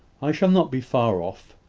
i shall not be far off.